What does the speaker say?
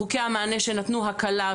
חוקי המענה שנתנו הקלה,